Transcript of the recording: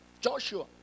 Joshua